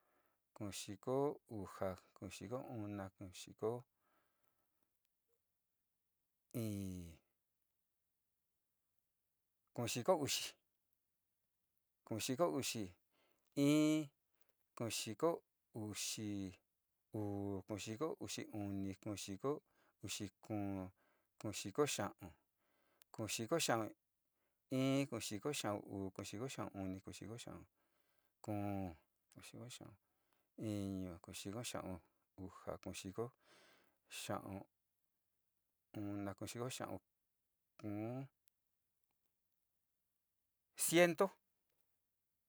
Kuu xiko uxa, kuu xiko una, kuu xiko iin, kuu xiko uxi, kuu xiko uxi iin, kuu xiko uxi uu, kuu xiko uxi oni, kuu xiko uxi kuu, kuu xiko xaón, kuu xiko xaón iin, kuu xiko xaón uu, kuu xiko xaón oni, kuu xiko xaón kóo, kuu xiko xaón iño, kuu xiko xaón uxa, kuu xiko xaón ona, kuu xiko xaón o'on, ciento.